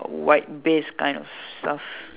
white base kind of stuff